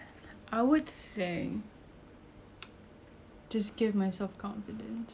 just give myself confidence pasal kalau pasal saya insecure